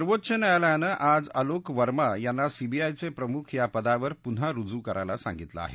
सर्वोच्च न्यायालयानं आज अलोक वर्मा यांना सीबीआयचे प्रमुख या पदावर पुन्हा रुजू करायला सांगितलं आहे